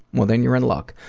well then you're in luck.